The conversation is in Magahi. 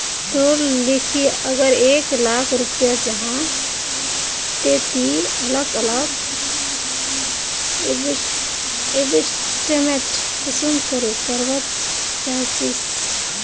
तोर लिकी अगर एक लाख रुपया जाहा ते ती अलग अलग इन्वेस्टमेंट कुंसम करे करवा चाहचिस?